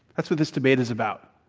that's what this debate is about.